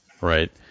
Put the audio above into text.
right